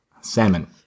Salmon